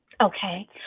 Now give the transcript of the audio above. Okay